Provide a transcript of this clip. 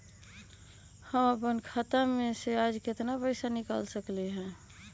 हम अपन खाता में से आज केतना पैसा निकाल सकलि ह?